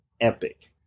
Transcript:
epic